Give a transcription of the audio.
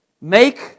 make